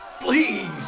Please